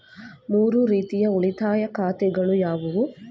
ಮೂರು ರೀತಿಯ ಉಳಿತಾಯ ಖಾತೆಗಳು ಯಾವುವು?